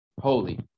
holy